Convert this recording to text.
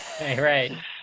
Right